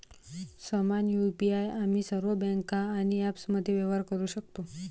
समान यु.पी.आई आम्ही सर्व बँका आणि ॲप्समध्ये व्यवहार करू शकतो